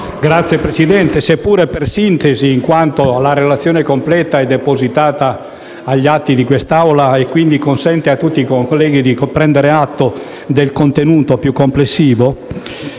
Signor Presidente, seppure in sintesi, in quanto la relazione completa è depositata agli atti di quest'Aula e quindi consente a tutti i colleghi di prendere atto del contenuto più complessivo,